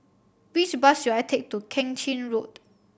which bus should I take to Keng Chin Road